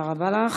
תודה רבה לך.